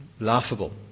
laughable